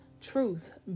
truth